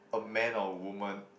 a man or woman